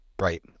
Right